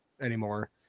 anymore